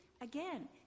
again